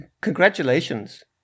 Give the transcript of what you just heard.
Congratulations